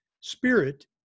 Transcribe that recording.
spirit